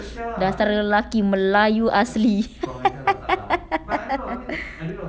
dasar lelaki melayu asli